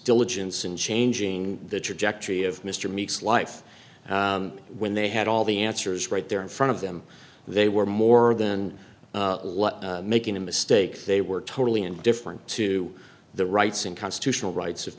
diligence in changing the trajectory of mr meeks life when they had all the answers right there in front of them they were more than making a mistake they were totally indifferent to the rights and constitutional rights of